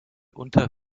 unter